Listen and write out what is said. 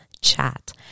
chat